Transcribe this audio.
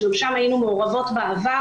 שגם שם היינו מעורבות בעבר.